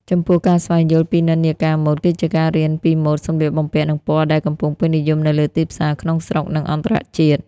ចំពោះការស្វែងយល់ពីនិន្នាការម៉ូដ គឺជាការរៀនពីម៉ូដសម្លៀកបំពាក់ និងពណ៌ដែលកំពុងពេញនិយមនៅលើទីផ្សារក្នុងស្រុក និងអន្តរជាតិ។